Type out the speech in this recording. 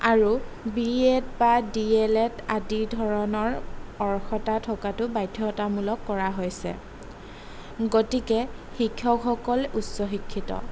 আৰু B Ed বা D L Ed আদি ধৰণৰ অৰ্হতা থকাটো বাধ্যতামূলক কৰা হৈছে গতিকে শিক্ষকসকল উচ্চ শিক্ষিত